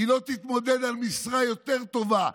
היא לא תתמודד על משרה יותר טובה.